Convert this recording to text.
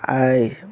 আই